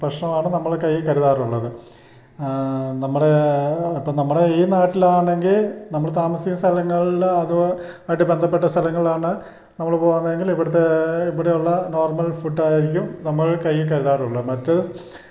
ഭക്ഷണമാണ് നമ്മൾ കയ്യിൽ കരുതാറുള്ളത് നമ്മുടെ ഇപ്പം നമ്മുടെ ഈ നാട്ടിലാണെങ്കിൽ നമ്മൾ താമസിക്കുന്ന സ്ഥലങ്ങളിൽ അതും ആയിട്ട് ബന്ധപ്പെട്ട സ്ഥലങ്ങളിലാണ് നമ്മൾ പോവുന്നെങ്കിൽ ഇവിടുത്തെ ഇവിടെയുള്ള നോർമൽ ഫുഡായിരിക്കും നമ്മള് കയ്യില് കരുതാറുള്ളൂ മറ്റു